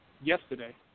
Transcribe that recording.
yesterday